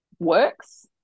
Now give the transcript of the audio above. works